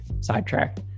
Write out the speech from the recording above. sidetrack